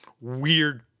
weird